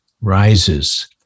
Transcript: rises